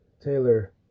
Taylor